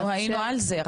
אנחנו היינו על זה,